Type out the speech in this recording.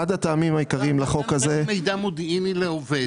אחד הטעמים העיקריים לחוק הזה ------ מידע מודיעיני לעובד.